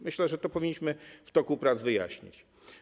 Myślę, że to powinniśmy w toku prac wyjaśnić.